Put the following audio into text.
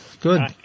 Good